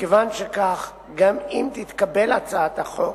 מכיוון שכך, גם אם תתקבל הצעת החוק,